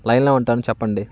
లైన్లో ఉంటాను చెప్పండి